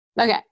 Okay